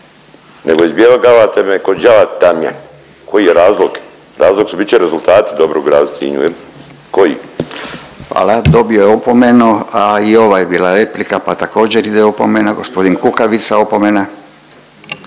nego izbjegavate me ko đava tamjan. Koji je razlog? Razlog su bit će rezultati dobri u gradu Sinju il koji? **Radin, Furio (Nezavisni)** Hvala, dobio je opomenu, a i ovo je bila replika, pa također ide opomena. Gospodin Kukavica opomena.